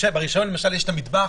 ברישיון למשל יש את המטבח,